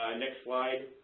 ah next slide.